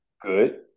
Good